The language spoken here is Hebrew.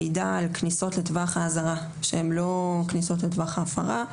מידע על כניסות לטווח האזהרה שהן לא כניסות לטווח ההפרה.